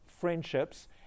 friendships